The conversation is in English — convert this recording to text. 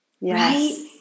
Yes